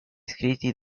scritti